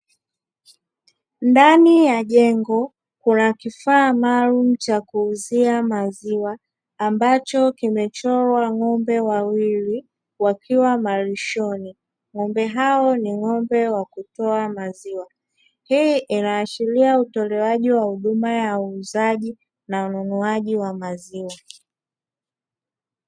Ndani ya jengo kuna kifaa maalumu cha kuuzia maziwa ambacho kimechorwa ng’ombe wawili, wakiwa malishoni. Ng’ombe hao ni ng’ombe wa kutoa maziwa, hii inaashiria utolewaji wa huduma ya uuzaji na ununuaji wa maziwa.